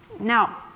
Now